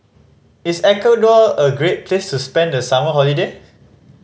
is Ecuador a great place to spend the summer holiday